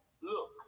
look